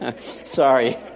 Sorry